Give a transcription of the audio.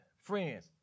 friends